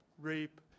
rape